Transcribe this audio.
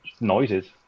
noises